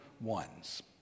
ones